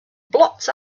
blots